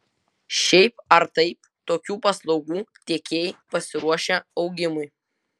šiaip ar taip tokių paslaugų tiekėjai pasiruošę augimui